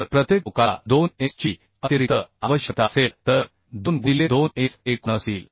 तर प्रत्येक टोकाला 2 एस ची अतिरिक्त आवश्यकता असेल तर 2 गुणिले 2 S एकूण असतील